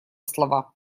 слова